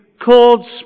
called